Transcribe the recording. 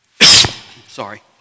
Sorry